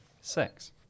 six